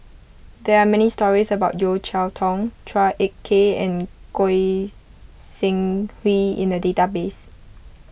there are many stories about Yeo Cheow Tong Chua Ek Kay and Goi Seng Hui in the database